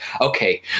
okay